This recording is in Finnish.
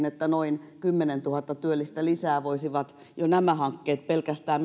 että noin kymmenentuhatta työllistä lisää voisivat jo nämä kevätpuolella päätetyt hankkeet pelkästään